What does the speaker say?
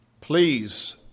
Please